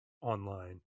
online